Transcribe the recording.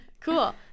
Cool